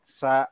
sa